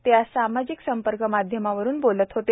ते आज सामाजिक संपर्क माध्यमावरून बोलत होते